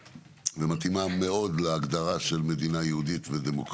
ומתאימה מאוד להגדרה של מדינה יהודית ודמוקרטית.